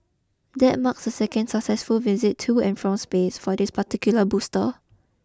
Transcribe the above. that marks a second successful visit to and from space for this particular booster